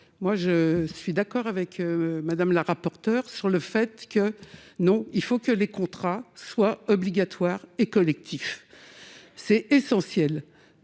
lent, je suis d'accord avec Mme la rapporteure sur un point : il faut que les contrats soient obligatoires et collectifs. C'est essentiel